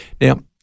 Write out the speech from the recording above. Now